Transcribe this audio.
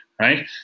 right